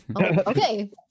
Okay